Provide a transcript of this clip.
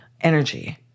energy